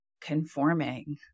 conforming